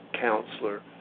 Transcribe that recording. counselor